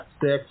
six